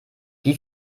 wie